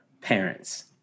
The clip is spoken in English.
parents